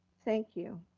thank you.